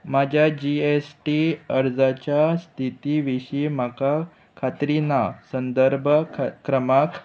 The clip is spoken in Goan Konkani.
म्हाज्या जी एस टी अर्जाच्या स्थिती विशीं म्हाका खात्री ना संदर्भ क्रमांक